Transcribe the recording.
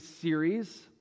series